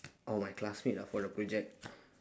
oh my classmate ah for the project